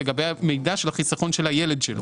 עם מידע של החיסכון של הילד שלו.